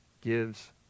gives